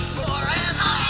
forever